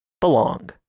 Belong